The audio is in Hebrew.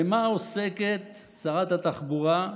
במה עוסקת שרת התחבורה?